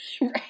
right